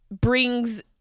brings